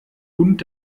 und